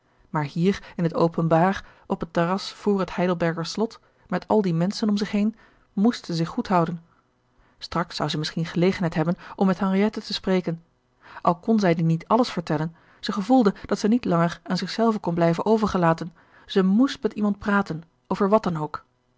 maar hier in het openbaar op het terras vr het heidelbergerslot met al die menschen om zich heen moest zij zich goed houden gerard keller het testament van mevrouw de tonnette straks zou zij misschien gelegenheid hebben om met henriette te spreken al kon zij die niet alles vertellen zij gevoelde dat zij niet langer aan zich zelve kon blijven overgelaten zij moest met iemand praten over wat dan ook